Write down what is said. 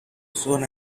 soon